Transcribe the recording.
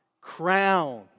crown